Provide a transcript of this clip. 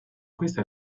questa